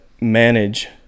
manage